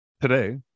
today